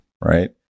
right